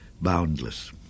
boundless